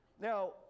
Now